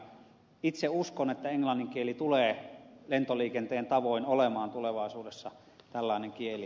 itse uskon että englannin kieli tulee lentoliikenteen tavoin olemaan tulevaisuudessa tällainen kieli